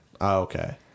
okay